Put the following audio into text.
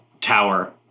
tower